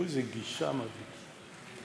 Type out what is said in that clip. תראו איזו גישה מדהימה.